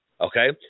Okay